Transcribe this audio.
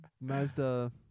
Mazda